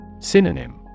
Synonym